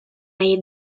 nahi